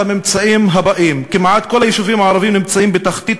את הממצאים הבאים: כמעט כל היישובים הערביים נמצאים בתחתית